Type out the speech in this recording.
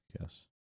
yes